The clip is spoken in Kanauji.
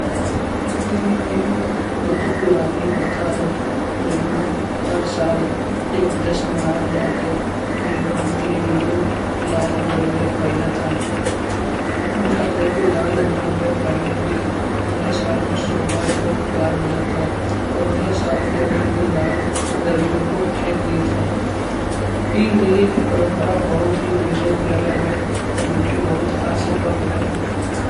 इटली में एक बहुत पुराने प्रथा है। जय मा हर साल एक जस्न मनाओ जात है। जय मा इटली के लोग लाल अंडरवियर पहनत हाय। मनो जात है कि लाल अंडरवियर पहने ते नये साल में सौंभाग्य और प्यार मिलत है। और नये साल के अगले दिन लाल अंडरवियर को फेक देत है। ए इटली की परम्परा बहुत ही देशों से अलग है जोकि बहुत हास्यपद है।